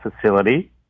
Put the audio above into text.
facility